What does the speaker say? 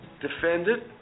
defendant